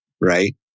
right